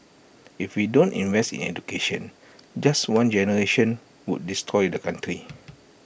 if we don't invest in education just one generation would destroy the country